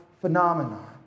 phenomenon